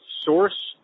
source